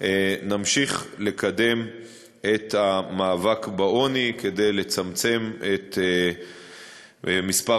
נמשיך לקדם את המאבק בעוני כדי לצמצם את מספר